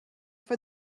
for